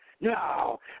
No